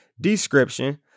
description